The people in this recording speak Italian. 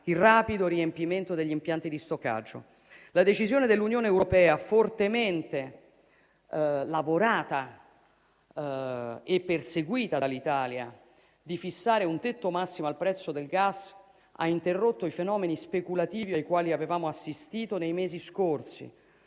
il rapido riempimento degli impianti di stoccaggio. La decisione dell'Unione europea, fortemente "lavorata" e perseguita dall'Italia, di fissare un tetto massimo al prezzo del gas ha interrotto i fenomeni speculativi ai quali avevamo assistito nei mesi scorsi,